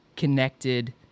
connected